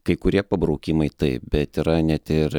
kai kurie pabraukimai taip bet yra net ir